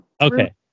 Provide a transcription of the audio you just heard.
okay